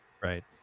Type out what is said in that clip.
Right